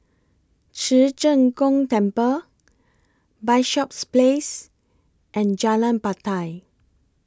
Ci Zheng Gong Temple Bishops Place and Jalan Batai